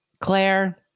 Claire